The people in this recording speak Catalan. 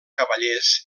cavallers